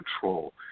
control